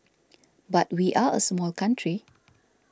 but we are a small country